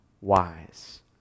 wise